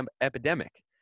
epidemic